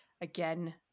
again